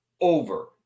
over